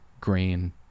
green